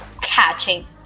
catching